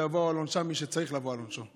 ויבואו על עונשם מי שצריכים לבוא על עונשם.